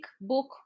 book